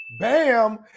Bam